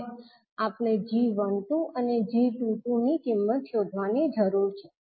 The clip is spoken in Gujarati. હવે આપણે 𝐠12 અને 𝐠22 ની કિંમત શોધવાની જરૂર છે